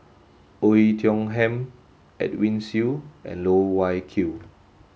Oei Tiong Ham Edwin Siew and Loh Wai Kiew